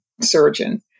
surgeon